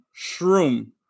Shroom